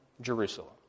Jerusalem